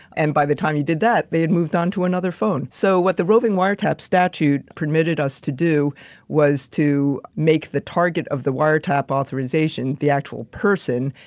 and by the time you did that, they had moved on to another phone. so, what the roving wiretap statute permitted us to do was to make the target of the wiretap authorization, the actual person.